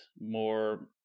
more